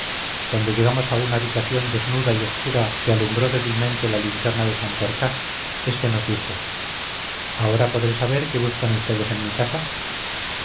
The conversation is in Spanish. cuando llegamos a una habitación desnuda y oscura que alumbró débilmente la linterna de santorcaz este nos dijo ahora podré saber qué buscan ustedes en mi casa